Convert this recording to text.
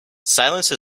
silence